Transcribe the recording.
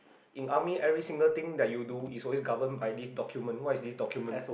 in army every single thing that you do is always govern by this document what is this document